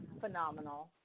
Phenomenal